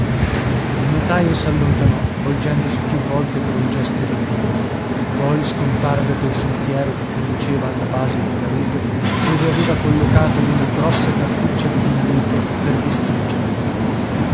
il notaio s'allontanò volgendosi più volte per un gesto d'addio poi scomparve pel sentiero che conduceva alla base della rupe dove aveva collocato una grossa cartuccia di dinamite per distruggerlo